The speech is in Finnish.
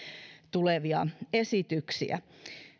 tulevia esityksiä